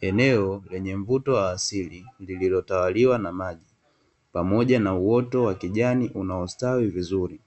Eneo lenye mvuto wa asili, lililotawaliwa na maji pamoja na uoto wa kijani unaostawi vizuri,